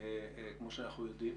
כמו שאנחנו יודעים